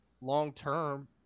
long-term